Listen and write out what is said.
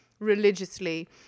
religiously